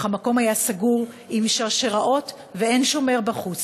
אך המקום היה סגור עם שרשראות ואין שומר בחוץ.